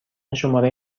شماره